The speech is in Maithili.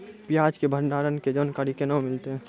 प्याज के भंडारण के जानकारी केना मिलतै?